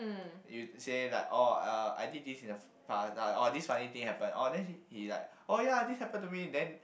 you say like oh uh I did this in the past or this funny thing happened oh then he like oh ya this happened to me then